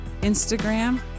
Instagram